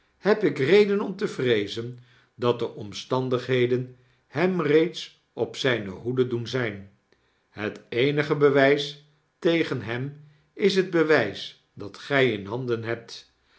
schuldig gemaakt hebikreden om te vreezen dat de omstandigheden hem reeds op zijne hoede doen zyn het eenige bewys tegen hem is het bewys dat gy in handen hebt